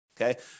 Okay